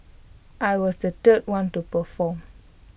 I was the third one to perform